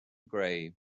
gray